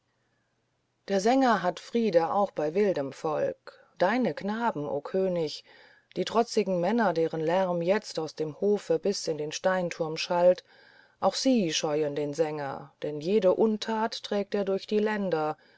der sänger hat friede auch bei wildem volk deine knaben o könig die trotzigen männer deren lärm jetzt aus dem hofe bis in den steinturm schallt auch sie scheuen den sänger denn jede untat trägt er durch die länder